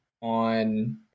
on